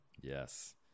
Yes